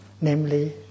namely